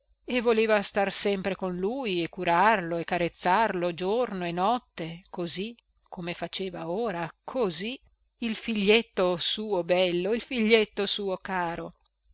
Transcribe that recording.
e voleva star sempre con lui e curarlo e carezzarlo giorno e notte così come faceva ora così il figlietto suo bello il figlietto suo caro